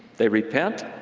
they repent,